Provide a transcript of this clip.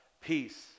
peace